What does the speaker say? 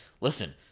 listen